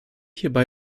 hierbei